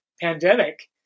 pandemic